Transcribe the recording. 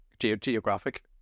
Geographic